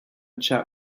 chap